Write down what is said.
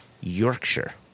Yorkshire